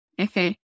Okay